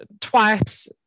twice